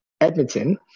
edmonton